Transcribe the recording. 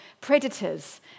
predators